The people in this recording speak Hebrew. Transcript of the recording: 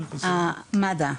מד"א.